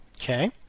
okay